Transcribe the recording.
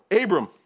Abram